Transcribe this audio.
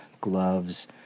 gloves